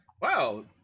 wow